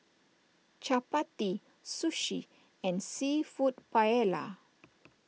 Chapati Sushi and Seafood Paella